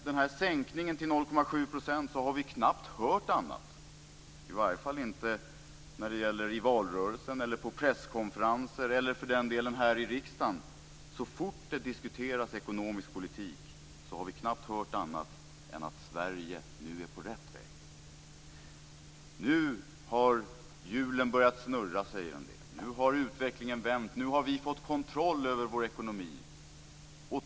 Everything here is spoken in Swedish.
Men sedan sänkningen till 0,7 % har vi knappt hört annat så fort ekonomisk politik har diskuterats - i varje fall inte i valrörelsen, på presskonferenser eller för den delen här i riksdagen - än att Sverige nu är på rätt väg. Nu har hjulen börjat snurra, säger en del. Nu har utvecklingen vänt. Nu har vi fått kontroll över vår ekonomi.